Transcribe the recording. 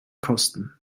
kosten